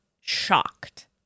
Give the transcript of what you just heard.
shocked